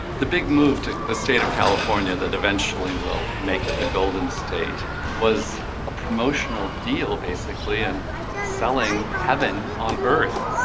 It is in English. the big move to the state of california that eventually will make at the golden state was a promotional deal basically and selling heaven on earth.